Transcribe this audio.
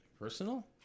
personal